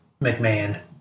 McMahon